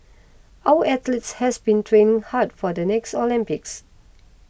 our athletes has been training hard for the next Olympics